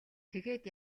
тэгээд